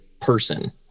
person